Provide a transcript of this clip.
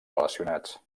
relacionats